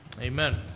Amen